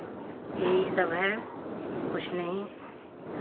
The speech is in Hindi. यही सब है कुछ नहीं